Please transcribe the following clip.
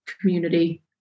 community